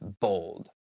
bold